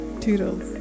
toodles